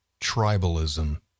tribalism